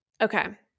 Okay